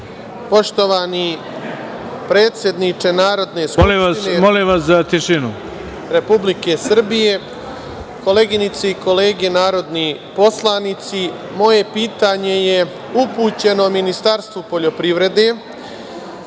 Poštovani predsedniče Narodne skupštine Republike Srbije, koleginice i kolege narodni poslanici moje pitanje je upućeno Ministarstvu poljoprivrede.